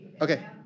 Okay